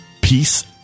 peace